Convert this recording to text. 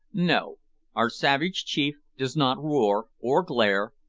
no our savage chief does not roar, or glare,